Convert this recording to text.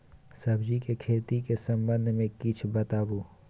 सब्जी के खेती के संबंध मे किछ बताबू?